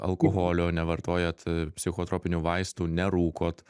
alkoholio nevartojat a psichotropinių vaistų nerūkot